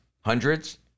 hundreds